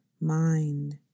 mind